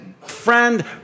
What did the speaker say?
friend